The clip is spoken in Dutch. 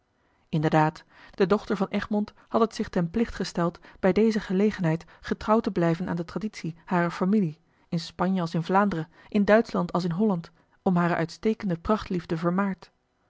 inderdaad de dochter van egmond had het zich ten plicht gesteld bij deze gelegenheid getrouw te blijven aan de traditie harer familie in spanje als in vlaanderen in duitschland als in holland om hare uitstekende prachtliefde vermaard